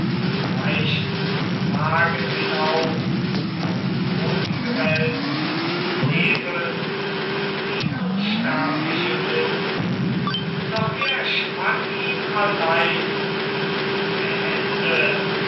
leicht zum wagen hinauf vom boden gewälzt mit hebeln wie nun sterbliche sind doch er schwang ihn allein und behende